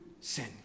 sin